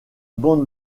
bande